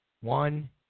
one